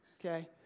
Okay